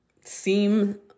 seem